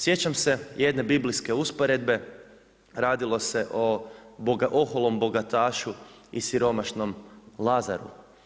Sjećam se jedne biblijske usporedbe, radilo se o oholom bogatašu i siromašnom Lazaru.